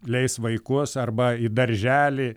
leis vaikus arba į darželį